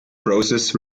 process